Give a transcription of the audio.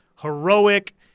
heroic